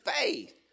faith